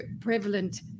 prevalent